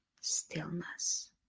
stillness